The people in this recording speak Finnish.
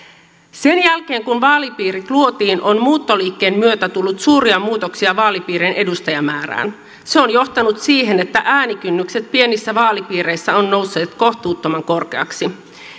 sen jälkeen kun vaalipiirit luotiin on muuttoliikkeen myötä tullut suuria muutoksia vaalipiirien edustajamäärään se on johtanut siihen että äänikynnykset pienissä vaalipiireissä ovat nousseet kohtuuttoman korkeiksi